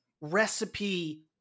recipe